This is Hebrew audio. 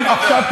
מה השעה?